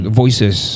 voices